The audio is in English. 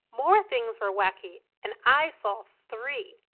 more things were wacky! and i saw three.